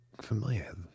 familiar